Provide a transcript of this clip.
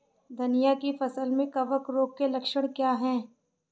धनिया की फसल में कवक रोग के लक्षण क्या है?